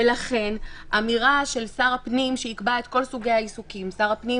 ולכן אמירה של שר הפנים שיקבע את כל סוגי העיסוקים שר הפנים,